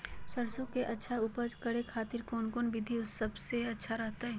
सरसों के अच्छा उपज करे खातिर कौन कौन विधि सबसे अच्छा रहतय?